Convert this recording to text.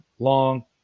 Long